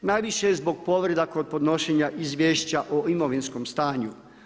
Najviše zbog povreda kod podnošenja izvješća o imovinskom stanju.